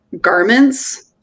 garments